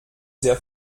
sehr